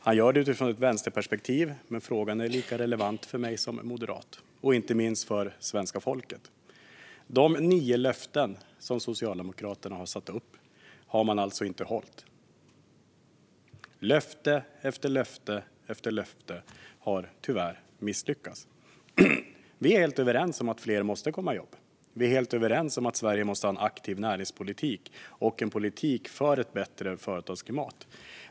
Han gör det utifrån ett vänsterperspektiv, men frågan är lika relevant för mig som moderat och inte minst för svenska folket. De nio löften som Socialdemokraterna har satt upp har man alltså inte hållit. Man har tyvärr misslyckats med löfte efter löfte. Vi är helt överens om att fler måste komma i jobb. Vi är helt överens om att Sverige måste ha en aktiv näringspolitik och en politik för ett bättre företagsklimat.